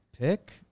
pick